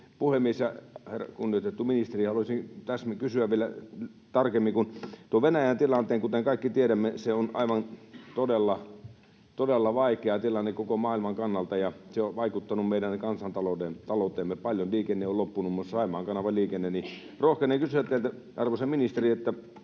puhemies ja kunnioitettu ministeri, mistä haluaisin kysyä vielä tarkemmin: Kun tuo Venäjän tilanne, kuten kaikki tiedämme, on aivan todella todella vaikea tilanne koko maailman kannalta, ja se on vaikuttanut meidän kansantalouteemme paljon, kun liikenne on loppunut, muun muassa Saimaan kanavan liikenne, niin rohkenen kysyä teiltä, arvoisa ministeri, siitä,